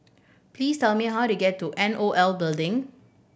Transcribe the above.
please tell me how to get to N O L Building